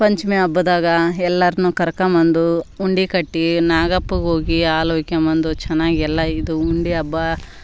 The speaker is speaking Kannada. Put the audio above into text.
ಪಂಚಮಿ ಹಬ್ಬದಾಗೆ ಎಲ್ಲರನ್ನು ಕರೆಕೊಂ ಬಂದು ಉಂಡೆ ಕಟ್ಟಿ ನಾಗಪ್ಪಗೆ ಹೋಗಿ ಹಾಲು ಹುಯ್ಯಿಕೊಂ ಬಂದು ಚೆನ್ನಾಗಿ ಎಲ್ಲ ಇದು ಉಂಡೆ ಹಬ್ಬ